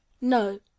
No